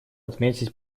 отметить